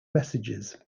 messages